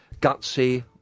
Gutsy